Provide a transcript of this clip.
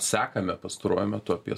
sekame pastaruoju metu apie